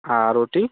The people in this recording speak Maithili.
आओर रोटी